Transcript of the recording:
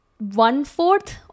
one-fourth